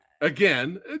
again